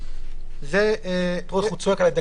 נימקה קודם וזה בסדר.